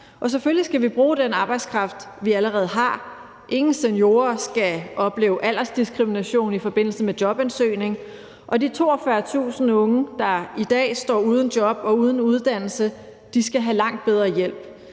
Og selvfølgelig skal vi bruge den arbejdskraft, vi allerede har. Ingen seniorer skal opleve aldersdiskrimination i forbindelse med jobansøgning, og de 42.000 unge, der i dag står uden job og uden uddannelse, skal have langt bedre hjælp.